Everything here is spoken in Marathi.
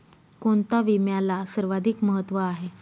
कोणता विम्याला सर्वाधिक महत्व आहे?